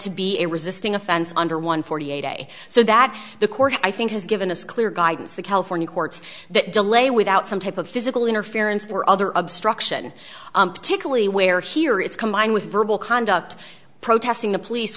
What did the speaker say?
to be a resisting offense under one forty a day so that the court i think has given us clear guidance the california courts that delay without some type of physical interference for other obstruction particularly where here it's combined with verbal conduct protesting the police